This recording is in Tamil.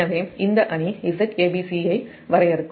எனவே இந்த அணி Zabc ஐ வரையறுக்கும்